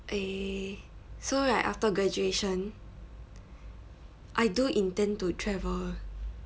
eh so right after graduation I do intend to travel